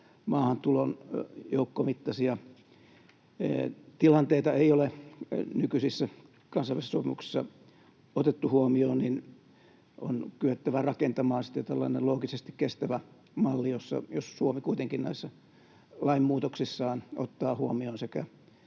maahantulon joukkomittaisia tilanteita ei ole nykyisissä kansainvälisissä sopimuksissa otettu huomioon, niin on kyettävä rakentamaan sitten tällainen loogisesti kestävä malli, jossa Suomi kuitenkin näissä lainmuutoksissaan ottaa huomioon sekä